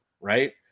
Right